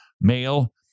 male